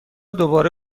دوباره